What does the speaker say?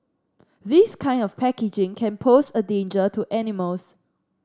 this kind of packaging can pose a danger to animals